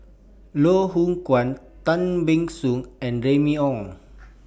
Loh Hoong Kwan Tan Ban Soon and Remy Ong